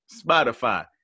Spotify